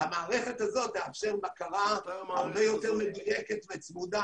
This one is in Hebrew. שהמערכת הזאת תאפשר בקרה יותר מדויקת וצמודה